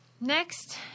next